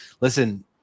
Listen